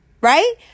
Right